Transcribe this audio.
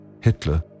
Hitler